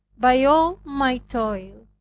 by all my toil,